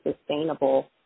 sustainable